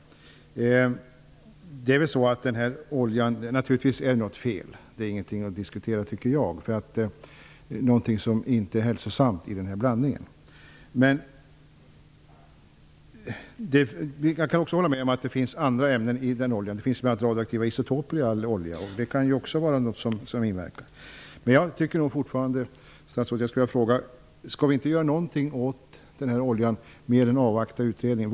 Naturligtvis är det något fel på den här oljan. Jag tycker inte att det är något att diskutera. Det är någonting som inte är hälsosamt i blandningen. Jag kan också hålla med om att det finns andra ämnen i oljan som inverkar. Det finns bl.a. radioaktiva isotoper i all olja. Jag vill fråga statsrådet om vi inte skall göra någonting åt oljan förutom att avvakta utredningen.